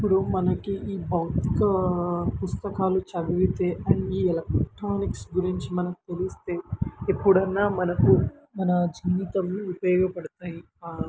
ఇప్పుడు మనకి ఈ భౌతిక పుస్తకాలు చదివితే అండ్ ఈ ఎలక్ట్రానిక్స్ గురించి మనకు తెలిస్తే ఎప్పుడైనా మనకు మన జీవితం ఉపయోగపడతాయి